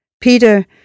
Peter